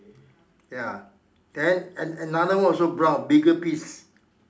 ya then and another one also brown bigger piece